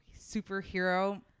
superhero